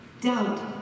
doubt